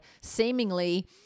seemingly